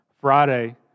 Friday